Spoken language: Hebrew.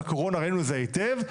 בקורונה ראינו את זה היטב,